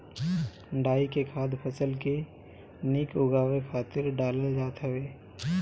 डाई के खाद फसल के निक उगावे खातिर डालल जात हवे